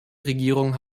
regierung